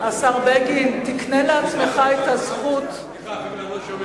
השר בגין, תקנה לעצמך את הזכות, סליחה, לא שומע.